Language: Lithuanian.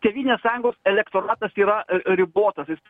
tėvynės sąjungos elektoratas yra ribotas jis